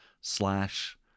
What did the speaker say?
slash